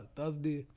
Thursday